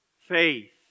faith